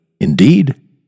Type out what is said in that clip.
indeed